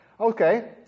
Okay